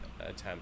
attempt